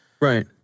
Right